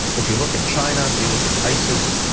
if you look at china, you look at isis,